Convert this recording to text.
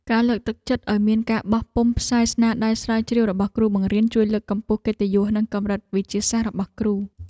ការលើកទឹកចិត្តឱ្យមានការបោះពុម្ពផ្សាយស្នាដៃស្រាវជ្រាវរបស់គ្រូបង្រៀនជួយលើកកម្ពស់កិត្តិយសនិងកម្រិតវិទ្យាសាស្ត្ររបស់គ្រូ។